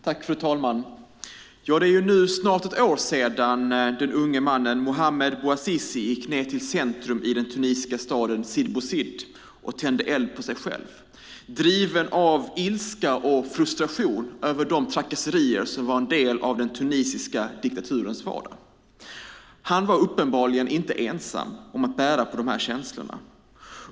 Fru talman! Det är nu snart ett år sedan den unge mannen Mohammed Bouazizi gick ned till centrum i den tunisiska staden Sidi Bouzid och tände eld på sig själv, driven av ilska och frustration över de trakasserier som var en del av den tunisiska diktaturens vardag. Han var uppenbarligen inte ensam om att bära på dessa känslor.